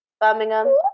Birmingham